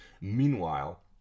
Meanwhile